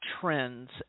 trends